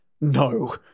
No